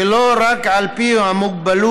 ולא רק על פי המוגבלות,